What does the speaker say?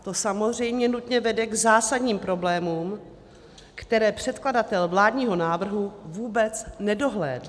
To samozřejmě nutně vede k zásadním problémům, které předkladatel vládního návrhu vůbec nedohlédl.